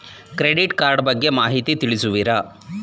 Credit card ಬಗ್ಗೆ ಮಾಹಿತಿ ತಿಳಿಸುವಿರಾ?